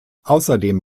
außerdem